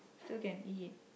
still can eat